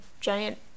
giant